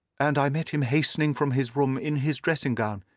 and i met him hastening from his room in his dressing-gown.